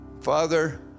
Father